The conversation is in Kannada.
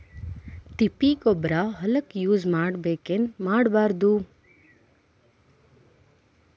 ತಿಪ್ಪಿಗೊಬ್ಬರ ಹೊಲಕ ಯೂಸ್ ಮಾಡಬೇಕೆನ್ ಮಾಡಬಾರದು?